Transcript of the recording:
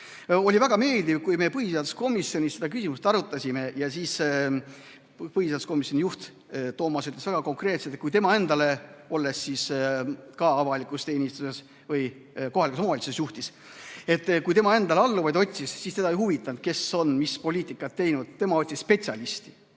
Oli väga meeldiv, et kui me põhiseaduskomisjonis seda küsimust arutasime, siis põhiseaduskomisjoni juht Toomas ütles väga konkreetselt, et kui tema oli avalikus teenistuses, kohalikus omavalitsustes juht ja endale alluvaid otsis, siis teda ei huvitanud, kes on mis poliitikat teinud. Tema otsis spetsialisti.